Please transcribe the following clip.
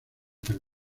tan